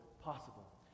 possible